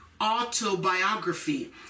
autobiography